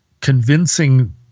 convincing